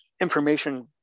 information